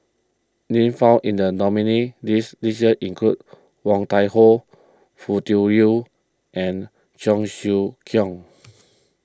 names found in the nominees' list this year include Woon Tai Ho Foo Tui Liew and Cheong Siew Keong